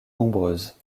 nombreuses